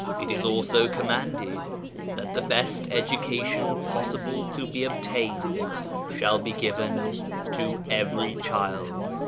it is also commanded that the best education possible to be obtained shall be given to every child,